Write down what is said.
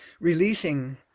Releasing